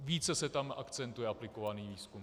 Více se tam akcentuje aplikovaný výzkum.